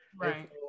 right